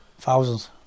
Thousands